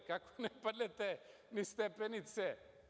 Kako ne padnete niz stepenice?